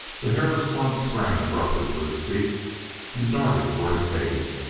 the hairless one sprang abruptly to his feet and darted toward a cave.